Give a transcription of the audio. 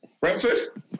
Brentford